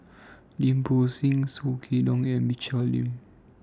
Lim Bo Seng Soh Kay Siang and Michelle Lim